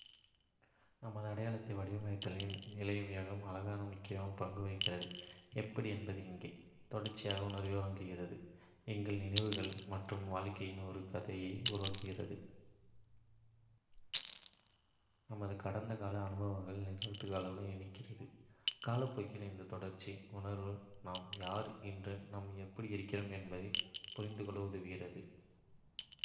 நமது அடையாளத்தை வடிவமைப்பதில் நினைவகம் ஆழமான முக்கிய பங்கு வகிக்கிறது. எப்படி என்பது இங்கே: தொடர்ச்சியின் உணர்வை வழங்குகிறது: எங்கள் நினைவுகள் நம் வாழ்க்கையின் ஒரு கதையை உருவாக்குகின்றன, நமது கடந்த கால அனுபவங்களை நிகழ்காலத்துடன் இணைக்கின்றன. காலப்போக்கில் இந்த தொடர்ச்சி உணர்வு நாம் யார், இன்று நாம் எப்படி இருக்கிறோம் என்பதைப் புரிந்துகொள்ள உதவுகிறது.